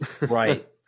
Right